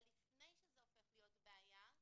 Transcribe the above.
לפני שזה הופך להיות בעיה,